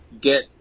get